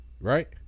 right